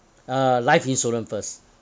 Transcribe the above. uh life insurance first